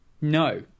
No